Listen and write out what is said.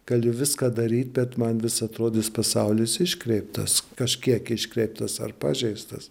gali viską daryt bet man vis atrodys pasaulis iškreiptas kažkiek iškreiptas ar pažeistas